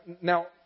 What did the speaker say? now